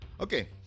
Okay